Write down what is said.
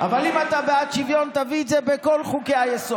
אבל אם אתה בעד שוויון תביא את זה בכל חוקי-היסוד,